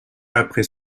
après